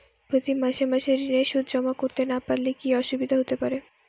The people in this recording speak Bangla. প্রতি মাসে মাসে ঋণের সুদ জমা করতে না পারলে কি অসুবিধা হতে পারে?